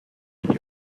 video